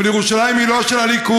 אבל ירושלים היא לא של הליכוד,